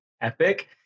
epic